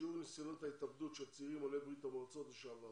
שיעור ניסיונות ההתאבדות של צעירים עולי ברית המועצות לשעבר